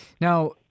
Now